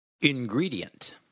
Ingredient